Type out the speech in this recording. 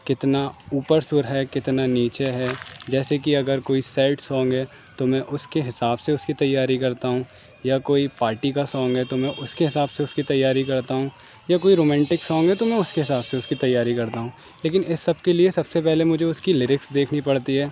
کتنا اوپر سر ہے کتنا نیچے ہے جیسے کہ اگر کوئی سیڈ سانگ ہے تو میں اس کے حساب سے اس کی تیاری کرتا ہوں یا کوئی پارٹی کا سانگ ہے تو میں اس کے حساب سے اس کی تیاری کرتا ہوں یا کوئی رومینٹک سانگ ہے تو میں اس کے حساب سے اس کی تیاری کرتا ہوں لیکن اس سب کے لیے سب سے پہلے مجھے اس کی لیرکس دیکھنی پڑتی ہے